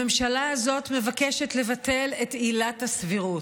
הממשלה הזאת מבקשת לבטל את עילת הסבירות.